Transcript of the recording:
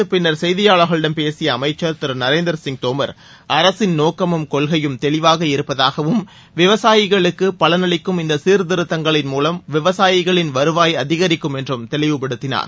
இது குறித்து பின்னர் செய்தியாளர்களிடம் பேசிய அமைச்சர் திரு நரேந்திர சிங் தோமர் அரசின் நோக்கமும் கொள்கையும் தெளிவாக இருப்பதாகவும் விவசாயிகளுக்கு பலன் அளிக்கும் இந்த சீர்திருத்தங்களின் மூலம் விவசாயிகளின் வருவாய் அதிகரிக்கும் என்றும் தெளிவுபடுத்தினார்